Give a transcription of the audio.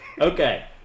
Okay